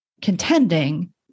contending